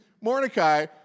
Mordecai